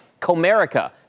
Comerica